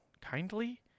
kindly